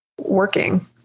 working